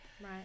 Right